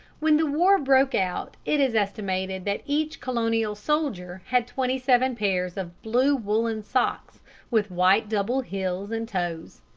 when the war broke out it is estimated that each colonial soldier had twenty-seven pairs of blue woollen socks with white double heels and toes.